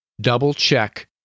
double-check